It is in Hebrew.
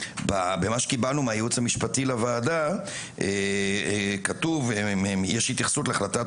במה שקיבלנו מהייעוץ המשפטי לוועדה יש התייחסות להחלטת